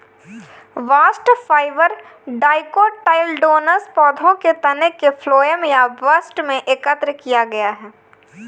bast fibre dicotyledonous पौधों के तने के फ्लोएम या बस्ट से एकत्र किया गया है